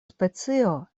specio